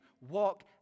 walk